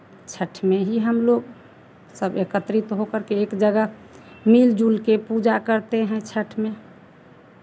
छठ में ही हम लोग सब एकत्रित होकर के एक जगह मिल जुल के पूजा करते हैं छठ में